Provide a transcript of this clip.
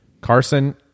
Carson